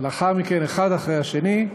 ולאחר מכן האחד אחרי השני,